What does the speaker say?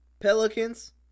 pelicans